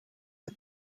het